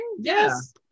Yes